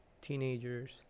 teenagers